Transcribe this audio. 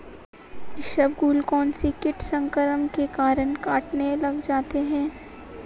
इसबगोल कौनसे कीट संक्रमण के कारण कटने लग जाती है?